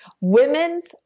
Women's